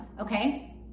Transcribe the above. Okay